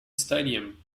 stadium